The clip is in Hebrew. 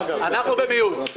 אעשה